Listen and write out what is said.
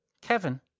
Kevin